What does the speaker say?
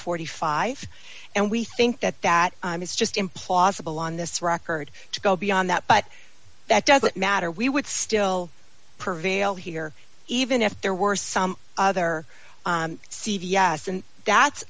forty five and we think that that is just implausible on this record to go beyond that but that doesn't matter we would still prevail here even if there were some other c v s and that's